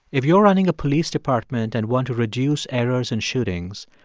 if you're running a police department and want to reduce errors in shootings,